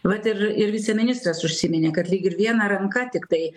vat ir ir viceministras užsiminė kad lyg ir viena ranka tiktai